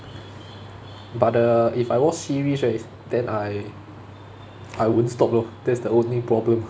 but the if I watch series right then I I won't stop lor that's the only problem